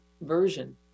version